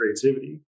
creativity